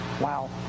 Wow